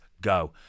go